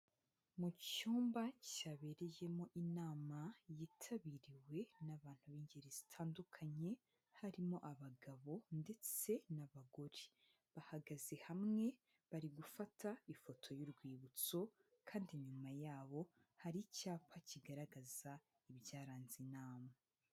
Mu cyumba cyabereyemo inama yitabiriwe n'abantu b'ingeri zitandukanye, harimo abagabo ndetse n'abagore bahagaze hamwe bari gufata ifoto y'urwibutso kandi inyuma yabo hari icyapa kigaragaza ibyaranze inama.